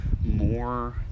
more